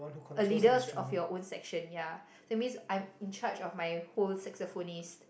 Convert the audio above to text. a leaders of your own section yeah that means I am in charge of my whole saxophonists